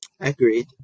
Agreed